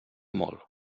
molt